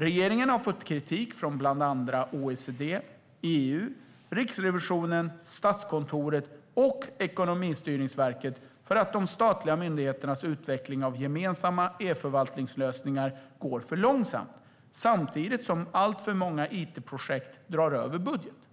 Regeringen har fått kritik från bland andra OECD, EU, Riksrevisionen, Statskontoret och Ekonomistyrningsverket för att de statliga myndigheternas utveckling av gemensamma e-förvaltningslösningar går för långsamt samtidigt som alltför många it-projekt drar över budget.